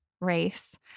race